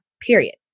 period